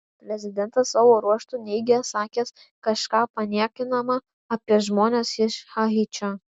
prezidentas savo ruožtu neigė sakęs kažką paniekinama apie žmones iš haičio